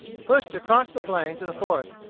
pushed across the plain to the forest,